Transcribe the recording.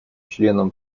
членам